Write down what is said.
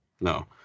No